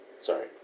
Sorry